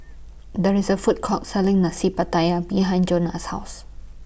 There IS A Food Court Selling Nasi Pattaya behind Jonna's House